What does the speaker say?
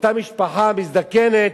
אותה משפחה מזדקנת,